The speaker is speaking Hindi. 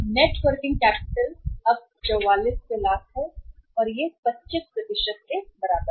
नेट वर्किंग कैपिटल अब 4400 लाख 4400 लाख है और यह 25 के बराबर है